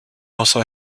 also